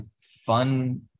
fun